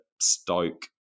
stoke